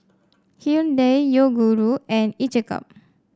Hyundai Yoguru and each a cup